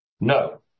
no